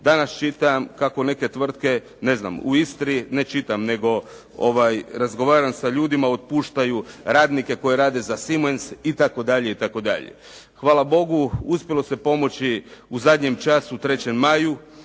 Danas čitam kako neke tvrtke u Istri, ne čitam nego razgovaram sa ljudima, otpuštaju radnike koji rade za Siemens itd. Hvala Bogu uspjelo se pomoći u zadnjem času "3. maju",